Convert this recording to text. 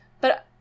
but-